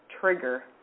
trigger